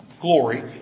Glory